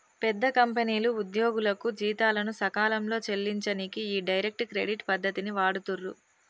పెద్ద కంపెనీలు ఉద్యోగులకు జీతాలను సకాలంలో చెల్లించనీకి ఈ డైరెక్ట్ క్రెడిట్ పద్ధతిని వాడుతుర్రు